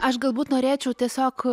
aš galbūt norėčiau tiesiog